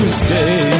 stay